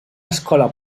escola